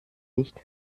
nicht